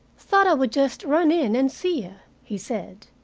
thought i would just run in and see you, he said.